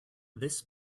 this